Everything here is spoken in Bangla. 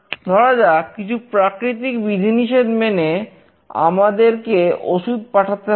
ধরা যাক কিছু প্রাকৃতিক বিধিনিষেধ মেনে আমাদেরকে ওষুধ পাঠাতে হবে